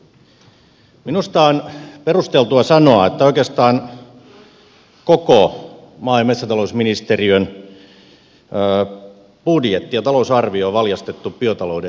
minusta on perusteltua sanoa että oikeastaan koko maa ja metsätalousministeriön budjetti ja talousarvio on valjastettu biotalouden edistämiseen